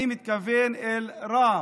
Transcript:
ואני מתכוון לרע"מ.